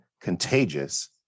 contagious